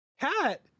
Cat